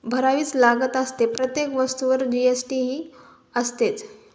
भरावीच लागत असते प्रत्येक वस्तूवर जी एस टी ही असतेच